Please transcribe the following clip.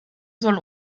soll